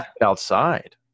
outside